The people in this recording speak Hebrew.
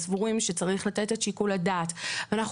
וסבורים שצריך לתת את שיקול הדעת לרשות,